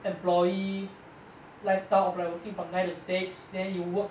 employee lifestyle of like working from nine to six then you work